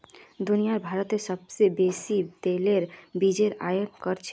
दुनियात भारतत सोबसे बेसी तेलेर बीजेर आयत कर छेक